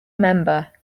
member